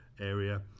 area